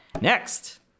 Next